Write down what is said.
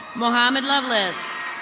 mohammad loveless.